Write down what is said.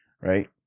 Right